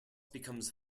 becomes